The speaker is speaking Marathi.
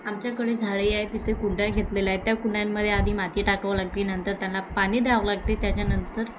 आमच्याकडे झाडे आहे तिथे कुंड्या घेतलेला आहे त्या कुंड्यांमध्ये आधी माती टाकावं लागते नंतर त्यांना पाणी द्यावं लागते त्याच्यानंतर